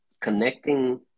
connecting